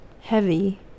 heavy